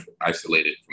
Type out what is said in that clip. isolated